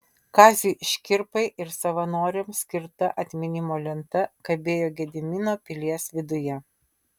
kaziui škirpai ir savanoriams skirta atminimo lenta kabėjo gedimino pilies viduje